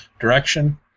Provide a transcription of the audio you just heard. direction